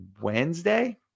Wednesday